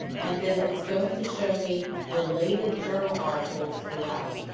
and then it's going to show me related journal articles throughout.